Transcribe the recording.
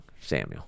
Samuel